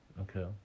Okay